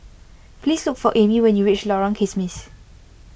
please look for Amie when you reach Lorong Kismis